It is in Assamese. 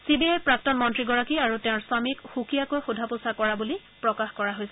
চি বি আইয়ে প্ৰাক্তন মন্ত্ৰীগৰাকী আৰু তেওঁৰ স্বামীক সুকীয়াকৈ সোধাপোছা কৰা বুলি প্ৰকাশ কৰা হৈছে